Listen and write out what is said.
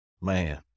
man